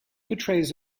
portrays